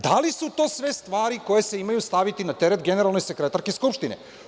Da li su to sve stvari koje se imaju staviti na teret generalnoj sekretarki Skupštine?